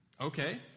Okay